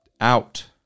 Out